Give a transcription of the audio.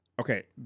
Okay